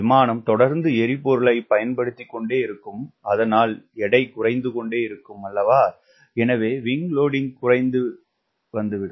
விமானம் தொடர்ந்து எரிபொருளைப் பயன்படுத்திக்கொண்டேயிருக்கும் அதனால் எடை குறைந்துகொண்டேயிருக்கும் எனவே விங்க் லோடிங்க் குறையத்துவங்கிவிடும்